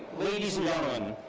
ladies and gentlemen,